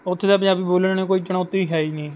ਉੱਥੇ ਤਾਂ ਪੰਜਾਬੀ ਬੋਲਣਾ ਕੋਈ ਚੁਣੌਤੀ ਹੈ ਹੀ ਨਹੀਂ